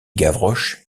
gavroche